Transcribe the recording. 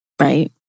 right